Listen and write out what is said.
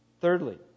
Thirdly